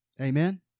Amen